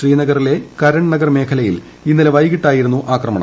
ശ്രീനഗറിലെ കരൺനഗർ മേലയിൽ ഇന്നലെ വൈകിട്ടായിരുന്നു ആക്രമണം